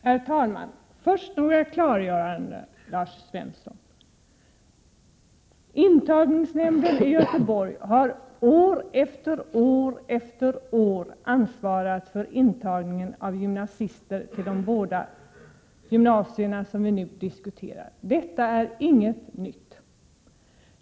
Herr talman! Först några klargöranden, Lars Svensson. Intagningsnämnden i Göteborg har år efter år ansvarat för intagningen av gymnasister till de båda gymnasier som vi nu diskuterar. Detta är inget nytt.